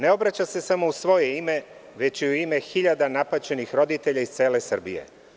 Ne obraća se samo u svoje ime, već i u ime hiljada napaćenih roditelja iz cele Srbije.